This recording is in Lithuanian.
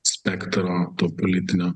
spektro to politinio